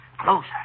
closer